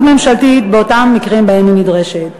ממשלתית באותם המקרים שבהם היא נדרשת.